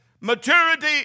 maturity